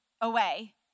away